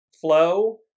flow